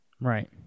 Right